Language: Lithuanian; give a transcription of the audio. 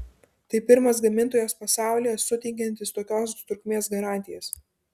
tai pirmas gamintojas pasaulyje suteikiantis tokios trukmės garantijas